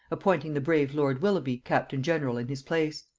appointing the brave lord willoughby captain-general in his place.